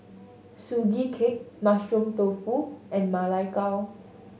Sugee Cake Mushroom Tofu and Ma Lai Gao